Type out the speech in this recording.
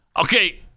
Okay